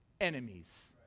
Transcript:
enemies